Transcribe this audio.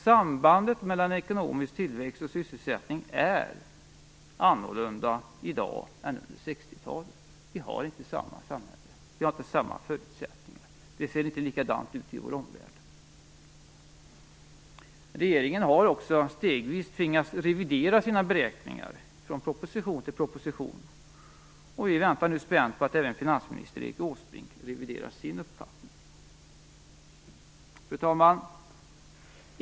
Sambandet mellan ekonomisk tillväxt och sysselsättning är annorlunda i dag än under 60-talet. Vi har inte samma samhälle, inte samma förutsättningar, och det ser inte likadant ut i vår omvärld. Regeringen har också stegvis tvingats revidera sina beräkningar från proposition till proposition, och vi väntar nu spänt på att även finansminister Erik Åsbrink reviderar sin uppfattning. Fru talman!